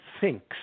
thinks